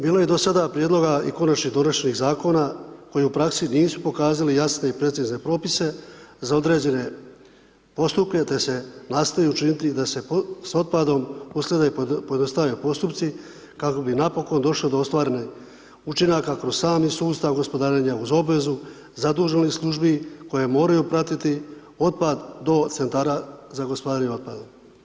Bilo je do sad prijedloga i konačnih donošenja zakona, koji u praksi nisu pokazali jasne i precizne propise, za određene postupke te se nastoji učiniti da se s otpadom … postupci kako bi napokn došlo do ostvarenih učinaka kroz sami sustav gospodarenje uz obvezu, zaduženih službi koji moraju pratiti otpad do centara za gospodarenje otpadom.